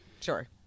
sure